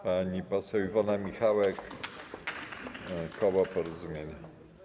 Pani poseł Iwona Michałek, koło Porozumienie.